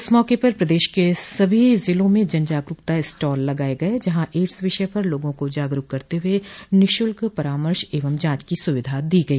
इस मौके पर प्रदेश के सभी जिलों में जन जागरूकता स्टाल लगाये गये जहां एड्स विषय पर लोगों को जागरूक करते हुए निःशुल्क परामर्श एवं जांच की सुविधा दी गई